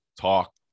talk